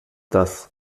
das